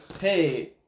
hey